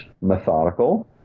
methodical